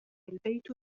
البيت